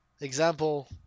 example